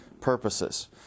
purposes